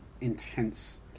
intense